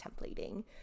templating